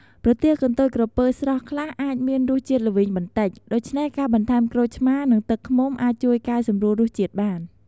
ប្រទាលកន្ទុយក្រពើស្រស់ខ្លះអាចមានរសជាតិល្វីងបន្តិច ដូច្នេះការបន្ថែមក្រូចឆ្មារ និងទឹកឃ្មុំអាចជួយកែសម្រួលរសជាតិបាន។